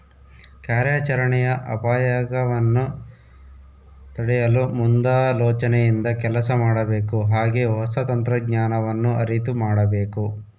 ಕಾರ್ಯಾಚರಣೆಯ ಅಪಾಯಗವನ್ನು ತಡೆಯಲು ಮುಂದಾಲೋಚನೆಯಿಂದ ಕೆಲಸ ಮಾಡಬೇಕು ಹಾಗೆ ಹೊಸ ತಂತ್ರಜ್ಞಾನವನ್ನು ಅರಿತು ಮಾಡಬೇಕು